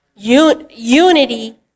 unity